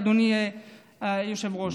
אדוני היושב-ראש.